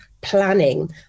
planning